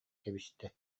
кэбистэ